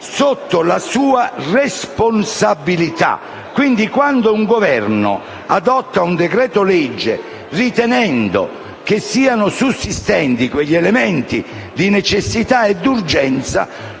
sotto la sua responsabilità». Quindi, quando un Governo adotta un decreto-legge, ritenendo che siano sussistenti quegli elementi di necessità e di urgenza,